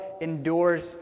endures